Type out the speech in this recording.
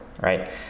right